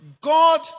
God